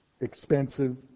expensive